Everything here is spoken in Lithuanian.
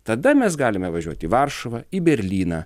tada mes galime važiuoti į varšuvą į berlyną